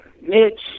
Mitch